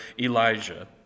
Elijah